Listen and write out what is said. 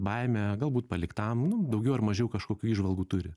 baimę galbūt paliktam nu daugiau ar mažiau kažkokių įžvalgų turi